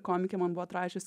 komikė man buvo atrašius